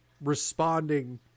responding